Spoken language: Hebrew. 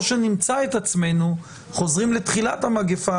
או שנמצא את עצמנו חוזרים לתחילת המגפה,